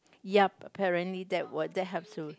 yeah apparently that was that has to